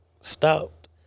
stopped